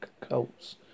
cults